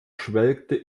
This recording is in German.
schwelgte